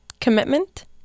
commitment